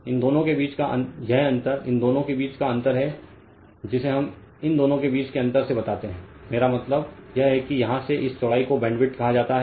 इन दोनों के बीच का यह अंतर इन दो के बीच का अंतर है जिसे हम इन दोनों के बीच के अंतर से बताते है मेरा मतलब यह है कि यहाँ से इस चौड़ाई को बैंडविड्थ कहा जाता है